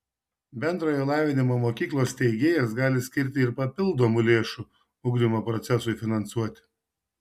bendrojo lavinimo mokyklos steigėjas gali skirti ir papildomų lėšų ugdymo procesui finansuoti